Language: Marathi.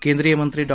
केंद्रीय मंत्री डॉ